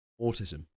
autism